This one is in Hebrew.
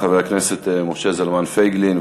חבר הכנסת משה זלמן פייגלין.